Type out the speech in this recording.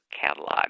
catalog